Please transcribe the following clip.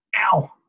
Ow